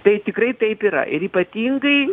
tai tikrai taip yra ir ypatingai